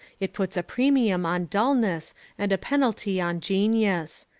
it puts a premium on dulness and a penalty on genius.